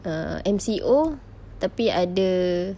err M_C_O tapi ada